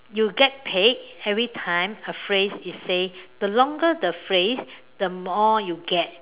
you get paid every time a phrase is said the longer the phrase the more you get